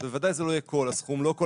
בוודאי שזה לא יהיה כל הסכום; לא את כל